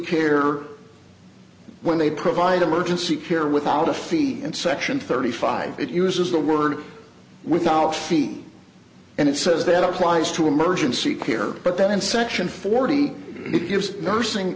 care when they provide emergency care without a feat and section thirty five it uses the word without feet and it says that applies to emergency care but then in section forty it gives nursing